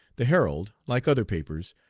the herald, like other papers,